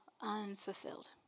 unfulfilled